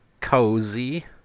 Cozy